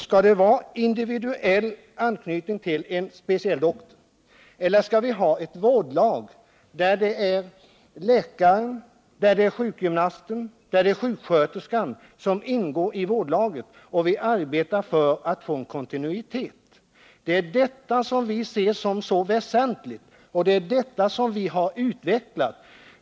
Skall det vara individuell anknytning till en speciell doktor eller skall vi ha ett vårdlag, där läkaren, sjukgymnasten och sköterskan ingår och arbetar för att få en kontinuitet? Det är detta som vi anser vara så väsentligt, och det är detta som vi vill utveckla.